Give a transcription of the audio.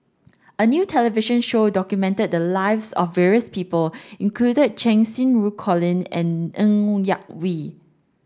a new television show documented the lives of various people included Cheng Xinru Colin and Ng Yak Whee